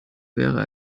wäre